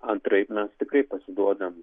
antraip mes tikrai pasiduodam